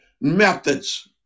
methods